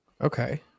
Okay